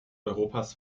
europas